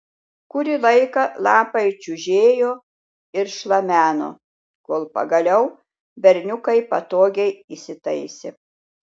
kurį laiką lapai čiužėjo ir šlameno kol pagaliau berniukai patogiai įsitaisė